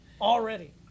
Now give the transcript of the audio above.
Already